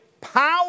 Power